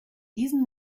diesen